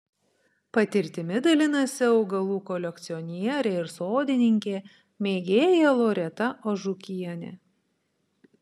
patirtimi dalinasi augalų kolekcionierė ir sodininkė mėgėja loreta ažukienė